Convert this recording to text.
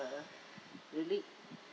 really